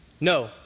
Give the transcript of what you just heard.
No